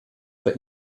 bei